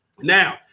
Now